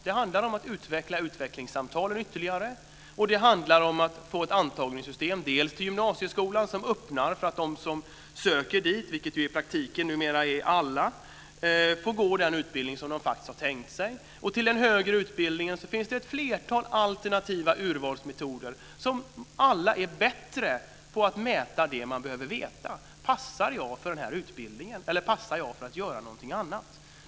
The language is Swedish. Det handlar om att utveckla utvecklingssamtalen ytterligare och att få ett antagningssystem till gymnasieskolan som öppnar för att de som söker dit, vilket i praktiken numera är alla, får gå den utbildning som de faktiskt har tänkt sig. Till den högre utbildningen finns det ett flertal alternativa urvalsmetoder som alla är bättre på att mäta det man behöver veta, nämligen passar jag för den här utbildningen eller passar jag för att göra någonting annat.